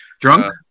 Drunk